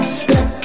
step